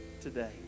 today